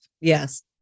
Yes